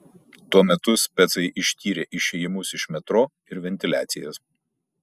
tuo metu specai ištyrė išėjimus iš metro ir ventiliacijas